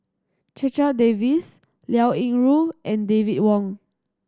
Checha Davies Liao Yingru and David Wong